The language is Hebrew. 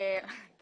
אני